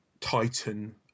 titan